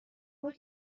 باری